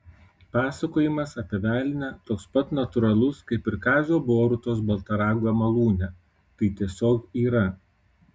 pasakojimas apie velnią toks pat natūralus kaip ir kazio borutos baltaragio malūne tai tiesiog yra